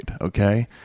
okay